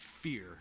fear